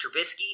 Trubisky